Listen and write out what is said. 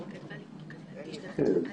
לכולם להתחרות.